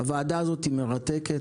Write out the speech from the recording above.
הוועדה הזאת מרתקת.